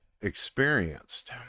experienced